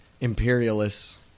imperialists